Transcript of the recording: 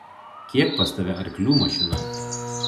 kiek pas tave arklių mašina